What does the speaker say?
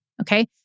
okay